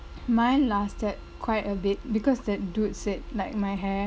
mine lasted quite a bit because that dude said like my hair